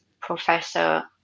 professor